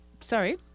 Sorry